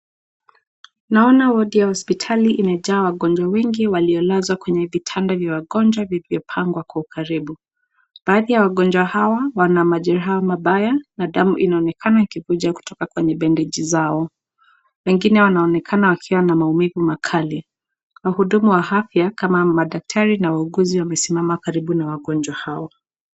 Naona wodi ya hospitali imejaa wagonjwa wengi waliolazwa kwenye vitanda vya wagonjwa vilivyopangwa kwa ukaribu. Baadhi ya wagonjwa hawa wana majeraha mabaya na damu inaonekana ikikuja kutoka kwenye bendeji zao. Wengine wanaonekana wakiwa na maumivu makali. Wahudumu wa afya kama madaktari na wauguzi wamesimama karibu na wagonjwa hao.